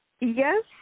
Yes